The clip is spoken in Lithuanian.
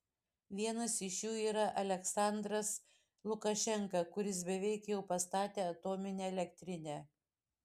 vienas iš jų yra aliaksandras lukašenka kuris beveik jau pastatė atominę elektrinę